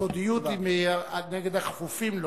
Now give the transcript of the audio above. הסודיות היא נגד הכפופים לו,